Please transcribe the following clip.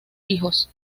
hijos